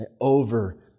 Over